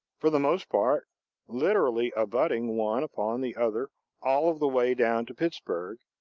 for the most part literally abutting one upon the other all of the way down to pittsburg,